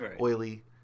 oily